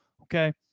Okay